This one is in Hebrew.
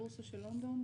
בורסה של לונדון,